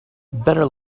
better